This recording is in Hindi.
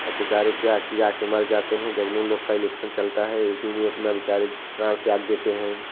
अब बेचारे किया क्या कि मर जाते हैं दोनों लोग का इलेक्शन चलता है उसी में अपना बेचारे प्यार त्याग देते हैं